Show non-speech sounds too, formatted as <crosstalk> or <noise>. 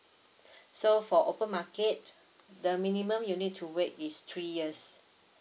<breath> so for open market the minimum you need to wait is three years